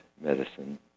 medicine